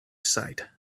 sight